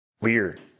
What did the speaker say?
Weird